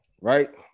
right